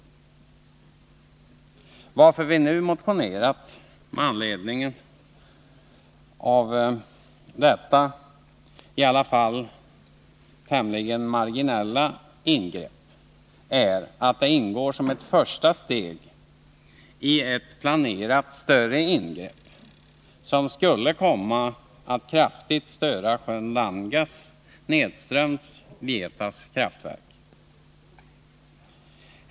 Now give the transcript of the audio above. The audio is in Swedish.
Anledningen till att vi nu motionerat med anledning av detta, i alla fall tämligen marginella, ingrepp är att det ingår som ett första steg i ett planerat större ingrepp, som skulle komma att kraftigt beröra sjön Langas, nedströms Vietas kraftverk.